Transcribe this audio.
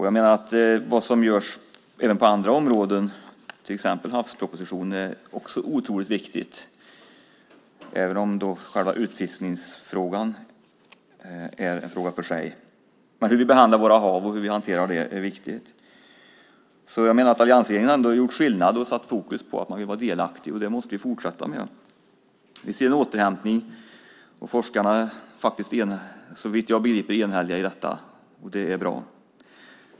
Jag menar att vad som görs även på andra områden, till exempel havspropositionen, också är otroligt viktigt även om själva utfiskningsfrågan är en fråga för sig. Hur vi behandlar våra hav och hur vi hanterar detta är viktigt. Jag menar att alliansregeringen har gjort skillnad och satt fokus på att man vill vara delaktig, och det måste vi fortsätta med. Vi ser en återhämtning, och forskarna är såvitt jag begriper enhälliga i detta, och det är bra.